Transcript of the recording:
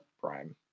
prime